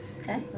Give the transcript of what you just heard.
Okay